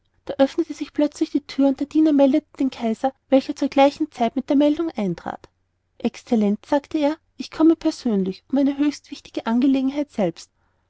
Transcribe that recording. da öffnete sich plötzlich die thür und der diener meldete den kaiser welcher zu gleicher zeit mit der meldung eintrat excellenz sagte er ich komme persönlich um eine höchst wichtige angelegenheit selbst